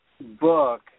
book